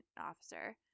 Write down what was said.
officer